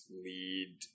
lead